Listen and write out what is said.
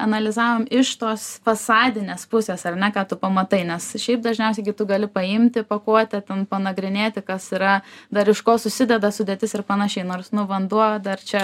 analizavom iš tos fasadinės pusės ar ne ką tu pamatai nes šiaip dažniausiai gi tu gali paimti pakuotę ten panagrinėti kas yra dar iš ko susideda sudėtis ir panašiai nors nu vanduo dar čia